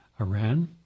Iran